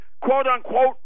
quote-unquote